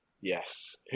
Yes